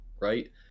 right